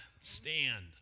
stand